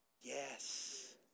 yes